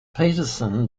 peterson